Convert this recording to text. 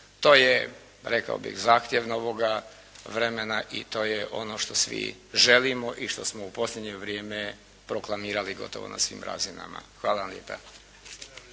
To je rekao bih zahtjevna uloga vremena i to je ono što svi želimo i što smo u posljednje vrijeme proklamirali gotovo na svim razinama. Hvala lijepa.